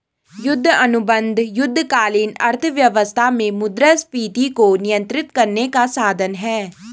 युद्ध अनुबंध युद्धकालीन अर्थव्यवस्था में मुद्रास्फीति को नियंत्रित करने का साधन हैं